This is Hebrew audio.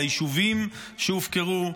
ליישובים שהופקרו,